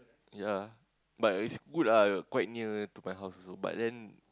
ya but is good ah quite near to my house also but then